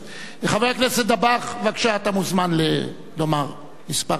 חבר הכנסת דבאח, בבקשה, אתה מוזמן לומר כמה מלים.